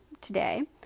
today